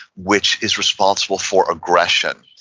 which is responsible for aggression.